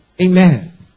Amen